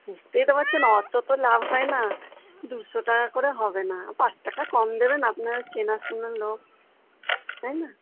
বুঝতেই তো পারছেন অত তো লাভ হয় না দুশো টাকা করে হবে না পাঁচ টাকা কম দেবেন আপনারা চেনাশোনা লোক তাই না